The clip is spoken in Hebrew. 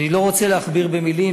אני לא רוצה להכביר מילים,